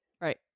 Right